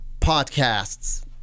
podcasts